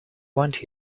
want